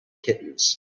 kittens